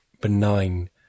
benign